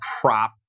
prop